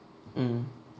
mm